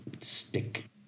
stick